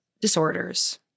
disorders